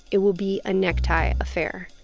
it will be a necktie affair.